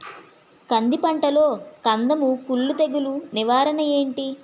కంది పంటలో కందము కుల్లు తెగులు నివారణ ఏంటి?